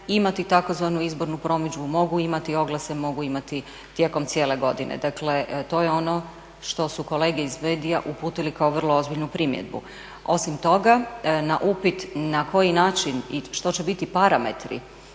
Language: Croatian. imati tzv. izbornu promidžbu, mogu imati oglase, mogu imati tijekom cijele godine. Dakle, to je ono što su kolege iz medija uputili kao vrlo ozbiljnu primjedbu. Osim toga na upit na koji način i što će biti parametri